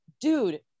dude